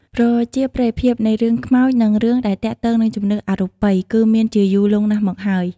ប្រជាប្រិយភាពនៃរឿងខ្មោចនិងរឿងដែលទាក់ទងនឹងជំនឿអរូបី គឺមានជាយូរលង់ណាស់មកហើយ។